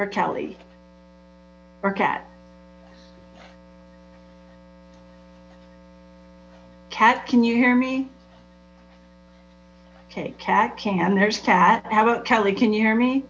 or kelly or kat kat can you hear me ok cat can there's cat how about kelly can you hear me